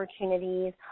opportunities